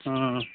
ہوں